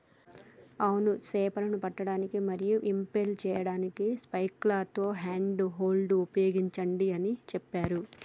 అవును సేపలను పట్టడానికి మరియు ఇంపెల్ సేయడానికి స్పైక్లతో హ్యాండ్ హోల్డ్ ఉపయోగించండి అని సెప్పారు